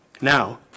Now